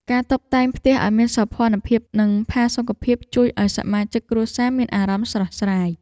ការតុបតែងផ្ទះឱ្យមានសោភ័ណភាព និងផាសុកភាពជួយឱ្យសមាជិកគ្រួសារមានអារម្មណ៍ស្រស់ស្រាយ។